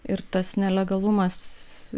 ir tas nelegalumas